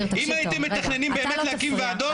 אם הייתם מתכננים באמת להקים ועדות,